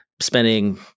spending